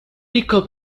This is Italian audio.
ricco